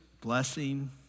blessing